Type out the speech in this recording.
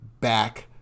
back